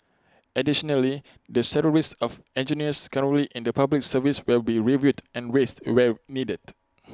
additionally the salaries of engineers currently in the Public Service will be reviewed and raised where needed